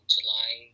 July